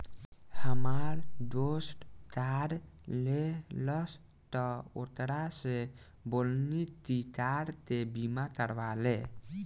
हामार दोस्त कार लेहलस त ओकरा से बोलनी की कार के बीमा करवा ले